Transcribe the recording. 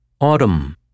Autumn